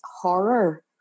horror